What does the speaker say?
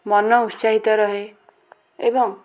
ମନ ଉତ୍ସାହିତ ରୁହେ ଏବଂ